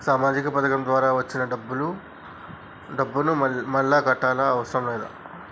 సామాజిక పథకం ద్వారా వచ్చిన డబ్బును మళ్ళా కట్టాలా అవసరం లేదా?